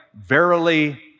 verily